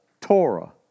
Torah